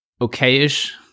okay-ish